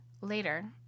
Later